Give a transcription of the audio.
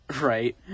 Right